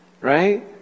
right